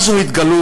מה זו ההתגלות?